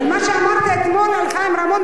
אבל מה שאמרת אתמול על חיים רמון,